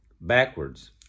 backwards